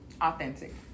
Authentic